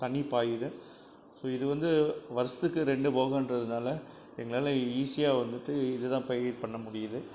தண்ணி பாயுது ஸோ இது வந்து வருஷத்துக்கு ரெண்டு போகம்னுறதுனால எங்களால ஈஸியாக வந்துட்டு இதுதான் பயிர் பண்ண முடியிது